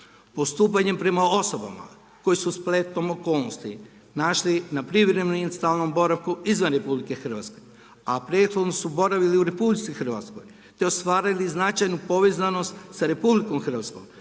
Postupanjem prema osobama koje su se spletom okolnosti našli na privremenom i stalnom boravku izvan RH a prethodno su boravili u RH te ostvarili značajnu povezanost sa RH ne bi trebali